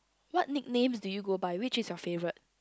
what nicknames do you go by which is your favourite